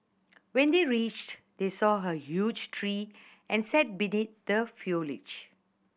when they reached they saw huge tree and sat beneath the